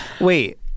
Wait